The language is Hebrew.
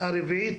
הרביעית